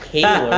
kaler.